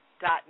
dot